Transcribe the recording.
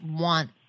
want